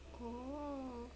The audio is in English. oh